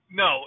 no